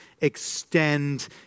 extend